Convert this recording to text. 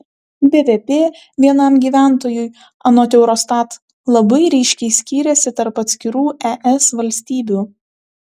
bvp vienam gyventojui anot eurostat labai ryškiai skyrėsi tarp atskirų es valstybių